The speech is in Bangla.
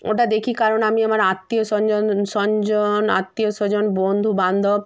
ওটা দেখি কারণ আমি আমার আত্মীয় সঞ্জন সঞ্জন আত্মীয় স্বজন বন্ধু বান্ধব